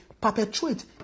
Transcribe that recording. perpetuate